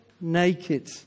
naked